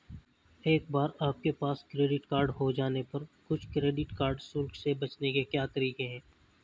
एक बार आपके पास क्रेडिट कार्ड हो जाने पर कुछ क्रेडिट कार्ड शुल्क से बचने के कुछ तरीके क्या हैं?